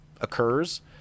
occurs